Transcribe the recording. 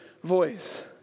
Voice